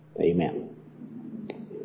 Amen